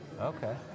Okay